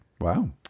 wow